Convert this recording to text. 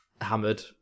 hammered